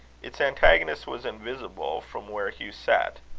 its antagonist was invisible from where hugh sat.